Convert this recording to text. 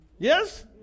Yes